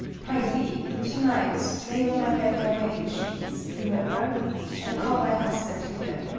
pr'ythee, to-night lay on my bed my wedding sheets remember and call thy husband hither.